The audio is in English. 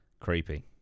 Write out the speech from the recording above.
Creepy